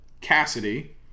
Cassidy